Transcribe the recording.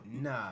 Nah